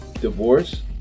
divorce